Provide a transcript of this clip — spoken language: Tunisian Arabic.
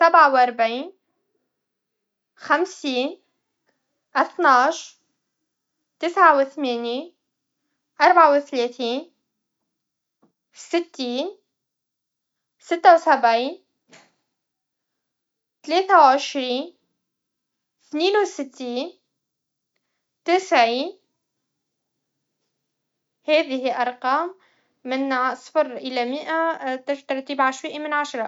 سبعه و أربعين خمسين اثناش تسعه وثمانين اربعه و ثلاثين ستين سته و سبعين تلاثه و عشرين ثنين وستين تسعين هذه ارقام من صفر الى مئه ترتيب عشوائي من عشره